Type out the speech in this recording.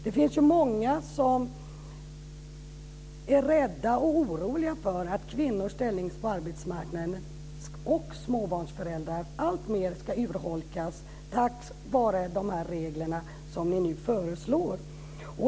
Det finns ju många som är rädda och oroliga för att kvinnors ställning på arbetsmarknaden - och småbarnsföräldrars - ska urholkas alltmer på grund av de regler som ni nu föreslår.